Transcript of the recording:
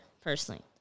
personally